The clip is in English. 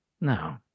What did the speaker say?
no